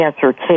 cancer